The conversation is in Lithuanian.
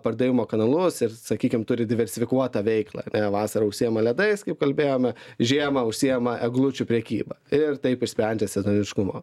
pardavimo kanalus ir sakykim turi diversifikuotą veiklą vasarą užsiema ledais kaip kalbėjome žiemą užsiema eglučių prekyba ir taip išsprendžia sezoniškumo